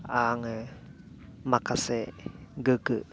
आङो माखासे गोग्गो